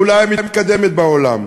אולי המתקדמת בעולם.